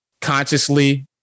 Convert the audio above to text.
consciously